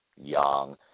Young